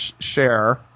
share